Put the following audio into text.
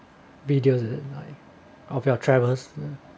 video of your travels